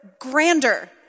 grander